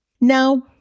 Now